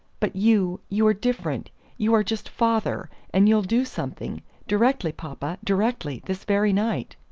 but you you are different you are just father and you'll do something directly, papa, directly this very night.